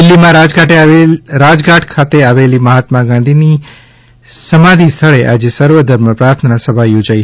દિલ્હીમાં રાજઘાટ ખાતે આવેલી મહાત્મા ગાંધીજીની સમાધી સ્થળે આજે સર્વધર્મ પ્રાર્થના સભા યોજાઈ